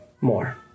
more